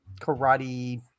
karate